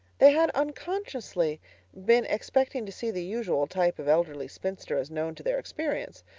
they had unconsciously been expecting to see the usual type of elderly spinster as known to their experience.